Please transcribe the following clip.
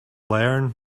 learn